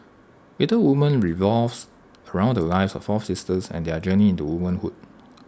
Little Women revolves around the lives of four sisters and their journey into womanhood